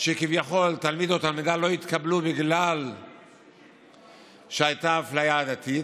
שכביכול תלמיד או תלמידה לא התקבלו בגלל שהייתה אפליה עדתית.